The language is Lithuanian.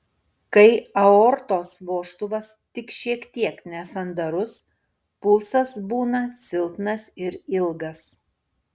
kai aortos vožtuvas tik šiek tiek nesandarus pulsas būna silpnas ir ilgas